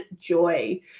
joy